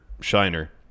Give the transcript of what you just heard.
Shiner